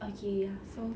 okay ya so